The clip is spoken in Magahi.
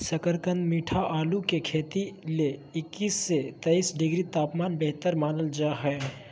शकरकंद मीठा आलू के खेती ले इक्कीस से सत्ताईस डिग्री तापमान बेहतर मानल जा हय